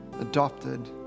Adopted